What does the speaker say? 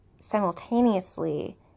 simultaneously